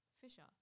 Fisher